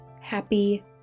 happy